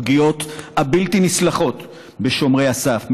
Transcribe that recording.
הפגיעות הבלתי-נסלחות בשומרי הסף,